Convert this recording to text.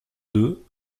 deux